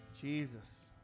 Jesus